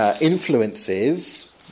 influences